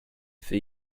for